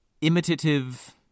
imitative